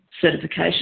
certification